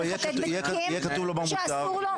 לא, יהיה כתוב לו ב --- שאסור לו?